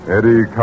Eddie